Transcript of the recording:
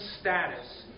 status